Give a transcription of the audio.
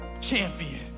Champion